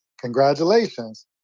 congratulations